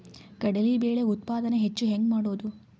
ಕಡಲಿ ಬೇಳೆ ಉತ್ಪಾದನ ಹೆಚ್ಚು ಹೆಂಗ ಮಾಡೊದು?